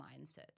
mindset